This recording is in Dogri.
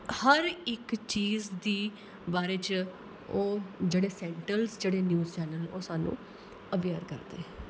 हर इक्क चीज दी बारै च ओह् जेह्ड़े सैंटरल जेह्ड़े न्यूज चैनल्स न ओह् सानूं अवेयर करदे